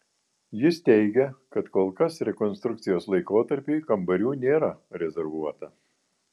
jis teigia kad kol kas rekonstrukcijos laikotarpiui kambarių nėra rezervuota